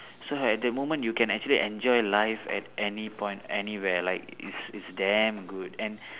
so at that moment you can actually enjoy life at any point anywhere like it's it's damn good and